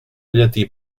llatí